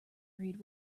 read